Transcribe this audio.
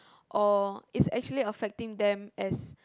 or it's actually affecting them as